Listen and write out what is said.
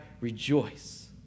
Rejoice